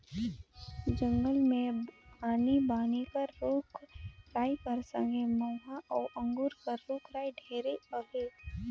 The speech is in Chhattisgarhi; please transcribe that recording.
जंगल मे आनी बानी कर रूख राई कर संघे मउहा अउ अंगुर कर रूख राई ढेरे अहे